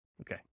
Okay